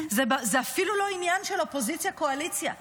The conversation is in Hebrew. זה אפילו לא עניין של קואליציה אופוזיציה.